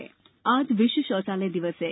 शौचालय दिवस आज विश्व शौचालय दिवस है